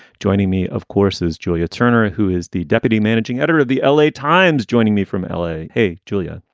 joining me, of course, is julia turner, who is the deputy managing editor of the l a. times, joining me from l a. hey, julia.